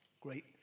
great